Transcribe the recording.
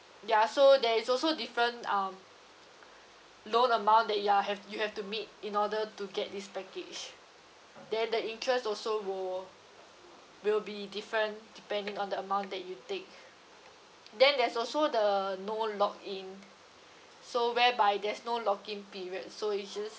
ya so there is also different um loan amount that you are have you have to meet in order to get this package then the interest also will will be different depending on the amount that you take then there's also the no lock in so whereby there's no lock in period so it's just